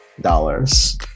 dollars